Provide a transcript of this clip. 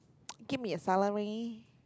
give me a salary